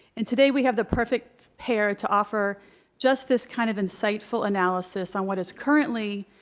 and today we have the perfect pair to offer just this kind of insightful analysis on what is currently,